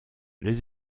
les